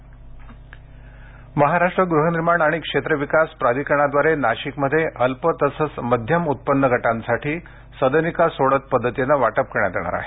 सोडत महाराष्ट्र गृहनिर्माण आणि क्षेत्रविकास प्राधिकरणाद्वारे नाशिकमध्ये अल्प तसंच मध्यम उत्पन्न गटांसाठी सदनिका सोडत पद्धतीने वाटप करण्यात येणार आहे